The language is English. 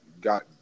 got